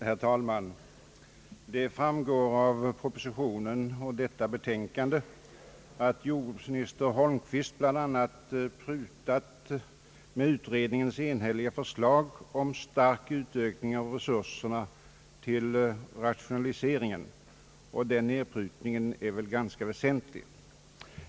Herr talman! Det framgår av propositionen och utskottets utlåtande att jordbruksminister Holmqvist bland annat prutat ned utredningens enhälliga förslag om stark utökning av resurserna till rationaliseringen, och den nedprutningen är ganska väsentlig.